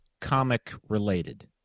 comic-related